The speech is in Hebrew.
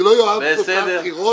אני לא אוהב תוצאת בחירות,